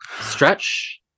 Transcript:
stretch